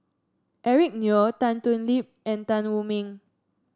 Eric Neo Tan Thoon Lip and Tan Wu Meng